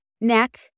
neck